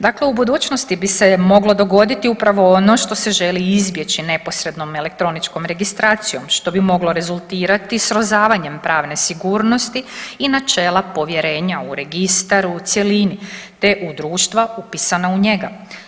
Dakle, u budućnosti bi se moglo dogoditi upravo ono što se želi izbjeći neposrednom elektroničkom registracijom, što bi moglo rezultirati srozavanjem pravne sigurnosti i načela povjerenja u registar u cjelini, te u društva upisana u njega.